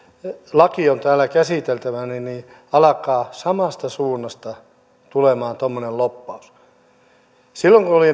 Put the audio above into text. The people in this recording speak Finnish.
laki on täällä käsiteltävänä alkaa samasta suunnasta tulemaan tuommoinen lobbaus silloin kun oli